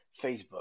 Facebook